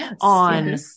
on